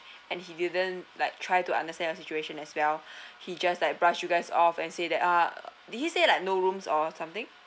and he didn't like try to understand your situation as well he just like brush you guys off and say that uh did he say like no rooms or something